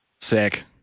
Sick